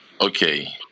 Okay